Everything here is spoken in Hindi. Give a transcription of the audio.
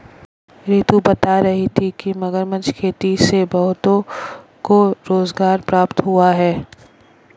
रितु बता रही थी कि मगरमच्छ खेती से बहुतों को रोजगार प्राप्त हुआ है